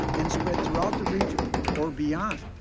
and spread throughout the region or beyond,